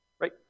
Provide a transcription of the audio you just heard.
Right